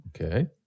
okay